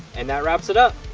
and that wraps it up.